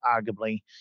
arguably